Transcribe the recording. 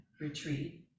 retreat